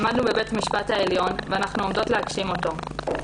עמדנו בבית המשפט העליון ואנחנו עומדות להגשים אותו.